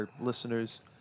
listeners